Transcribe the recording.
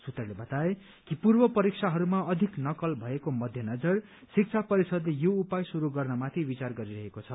सूत्रले बताए कि पूर्व परीक्षाहरूमा अधिक नकल भएको मध्यनजर शिक्षा परिषदले यो उपाय श्रुरू गर्नमाथि विचार गरिरहेको छ